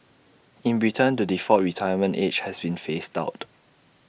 in Britain the default retirement age has been phased out